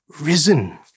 risen